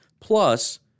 Plus